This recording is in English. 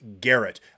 Garrett